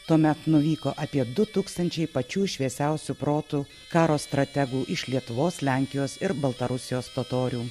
tuomet nuvyko apie du tūkstančiai pačių šviesiausių protų karo strategų iš lietuvos lenkijos ir baltarusijos totorių